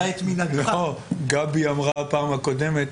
גבי אמרה בפעם הקודמת,